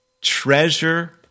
treasure